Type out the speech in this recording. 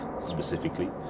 Specifically